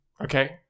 Okay